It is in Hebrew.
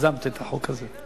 שיזמת את החוק הזה.